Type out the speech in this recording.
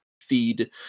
feed